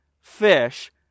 fish